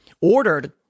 ordered